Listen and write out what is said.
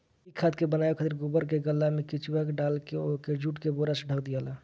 इ खाद के बनावे खातिर गोबर के गल्ला में केचुआ डालके ओके जुट के बोरा से ढक दियाला